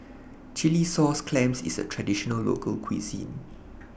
Chilli Sauce Clams IS A Traditional Local Cuisine